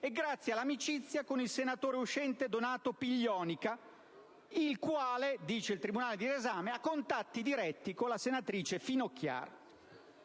e grazie all'amicizia con il senatore uscente Donato Piglionica, il quale, dice il tribunale del riesame, ha contatti diretti con la senatrice Finocchiaro.